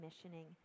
commissioning